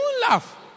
laugh